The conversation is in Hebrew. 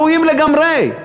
ראויים לגמרי.